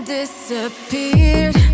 disappeared